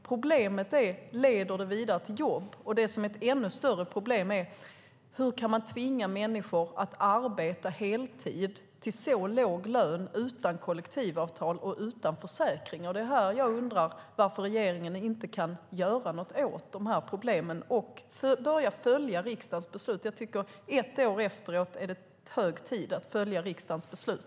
Problemet handlar om huruvida det leder vidare till jobb. Och det som är ett ännu större problem är: Hur kan man tvinga människor att arbeta heltid till så låg lön utan kollektivavtal och utan försäkring? Jag undrar varför regeringen inte kan göra något åt de här problemen och börja följa riksdagens beslut. Jag tycker att det, ett år efteråt, är hög tid att följa riksdagens beslut.